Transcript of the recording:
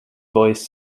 voice